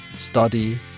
Study